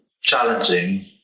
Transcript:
challenging